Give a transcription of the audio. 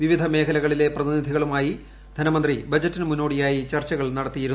വിവിധ മേഖലയിലെ പ്രതിനിധികളുമായി ധനമന്ത്രി ബജറ്റിന് മുന്നോടിയായി ചർച്ചകൾ നടത്തിയിരുന്നു